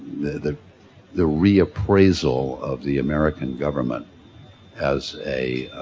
the the reappraisal of the american government as a